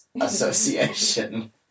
association